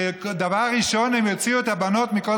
שדבר ראשון הם יוציאו את הבנות מכל